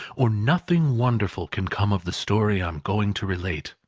or nothing wonderful can come of the story i am going to relate.